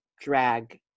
drag